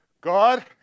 God